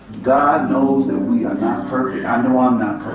god knows that we are not perfect, i know i'm not